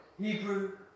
Hebrew